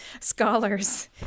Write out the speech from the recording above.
scholars